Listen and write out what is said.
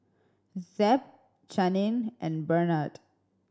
Zeb Channing and Bernhard